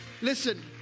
Listen